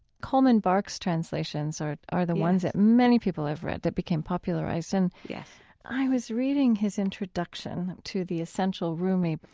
coleman barks' translations are are the ones that many people have read, that became popularized, and, yes, yes i was reading his introduction to the essential rumi. but